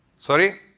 sorry?